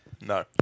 No